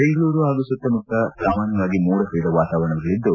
ಬೆಂಗಳೂರು ಹಾಗೂ ಸುತ್ತಮುತ್ತ ಸಾಮಾನ್ಲವಾಗಿ ಮೋಡ ಕವಿದ ವಾತಾವರಣವಿರಲಿದ್ದು